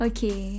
Okay